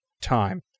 time